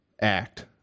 act